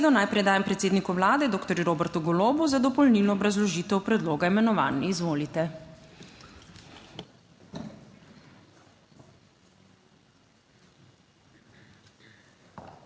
najprej dajem predsedniku Vlade doktorju Robertu Golobu za dopolnilno obrazložitev predloga imenovanj. Izvolite.